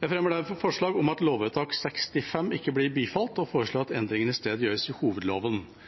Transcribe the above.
Jeg fremmer derfor forslag om at lovvedtak 65 ikke blir bifalt, og foreslår at endringene i stedet gjøres i hovedloven.